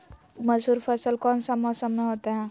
मसूर फसल कौन सा मौसम में होते हैं?